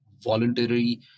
voluntary